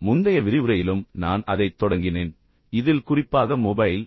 எனவே முந்தைய விரிவுரையிலும் நான் அதைத் தொடங்கினேன் இதில் குறிப்பாக மொபைல்